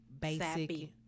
basic